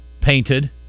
painted